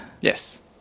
Yes